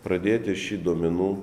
pradėti šį duomenų